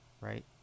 right